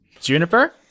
Juniper